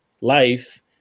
life